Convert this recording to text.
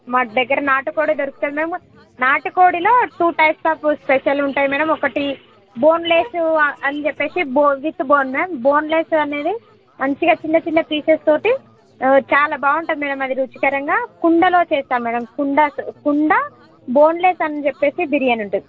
మా దగ్గర నాటుకోడి దొరుకుతుంది మేము నాటుకోడిలో టూ టైప్స్ ఆఫ్ స్పెషల్ ఉంటాయి మేడం ఒకటి బోన్ లెస్ అని చెప్పేసి బో విత్ బోన్ మేము బోన్ లెస్ అనేది మంచిగా చిన్న చిన్న పీసెస్ తోటి చాలా బాగుంటుంది మేడం అది రుచికరంగా కుండలో చేస్తాం మేము కుండా స్ కుండా బోన్ లెస్ అని చెప్పేసి బిర్యానీ ఉంటుంది